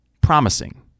promising